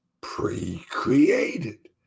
pre-created